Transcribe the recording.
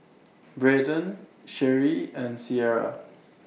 Braydon Sheri and Sierra